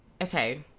okay